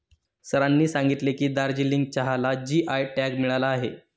सरांनी सांगितले की, दार्जिलिंग चहाला जी.आय टॅग मिळाला आहे